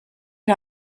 and